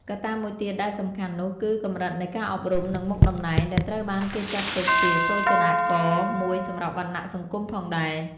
កត្តាមួយទៀតដែលសំខាន់នោះគឺកម្រិតនៃការអប់រំនិងមុខតំណែង ដែលត្រូវបានគេចាត់ទុកជាសូចនាករមួយសម្រាប់វណ្ណៈសង្គមផងដែរ។